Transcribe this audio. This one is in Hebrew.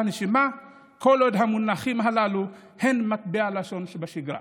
נשימה כל עוד המונחים הללו הם מטבע לשון שבשגרה.